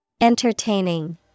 Entertaining